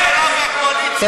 איפה הקואליציה ביום כזה חשוב?